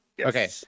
Okay